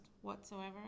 whatsoever